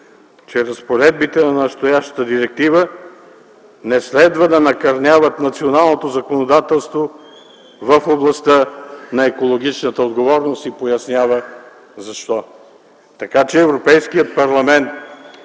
че разпоредбите на настоящата директива не следва да накърняват националното законодателство в областта на екологичната отговорност. И пояснява защо. Така че Европейският парламент